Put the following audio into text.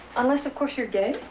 unless, of course, you're gay.